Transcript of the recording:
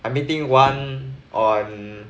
I meeting one on